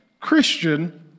Christian